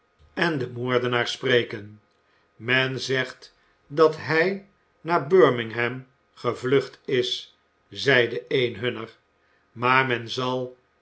en den moordenaar spreken men zegt dat hij naar birmingham gevlucht is zeide een hunner maar men zal